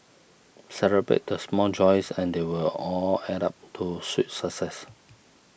celebrate the small joys and they will all add up to sweet success